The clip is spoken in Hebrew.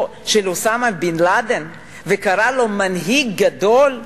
של אוסמה בן-לאדן וקרא לו "מנהיג גדול"